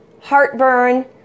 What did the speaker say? heartburn